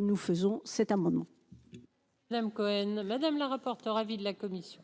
nous faisons cet amendement. Le M. Cohen madame la rapporteure, avis de la commission.